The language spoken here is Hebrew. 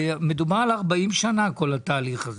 מדובר על 40 שנה, כל התהליך הזה.